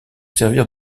servir